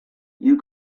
you